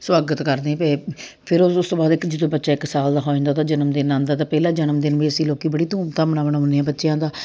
ਸਵਾਗਤ ਕਰਦੇ ਪਏ ਫਿਰ ਉਸ ਤੋਂ ਬਾਅਦ ਇੱਕ ਜਦੋਂ ਬੱਚਾ ਇੱਕ ਸਾਲ ਦਾ ਹੋ ਜਾਂਦਾ ਉਹਦਾ ਜਨਮਦਿਨ ਆਉਂਦਾ ਤਾਂ ਪਹਿਲਾ ਜਨਮਦਿਨ ਵੀ ਅਸੀਂ ਲੋਕ ਬੜੀ ਧੂਮਧਾਮ ਨਾਲ ਮਨਾਉਂਦੇ ਹਾਂ ਬੱਚਿਆਂ ਦਾ